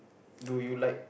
do you like